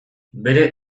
bere